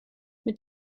mit